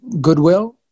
Goodwill